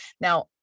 Now